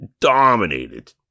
dominated